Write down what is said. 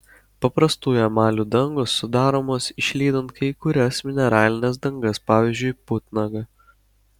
paprastųjų emalių dangos sudaromos išlydant kai kurias mineralines dangas pavyzdžiui putnagą